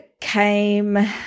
came